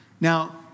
Now